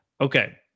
Okay